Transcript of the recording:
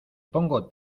pongo